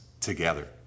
together